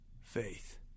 faith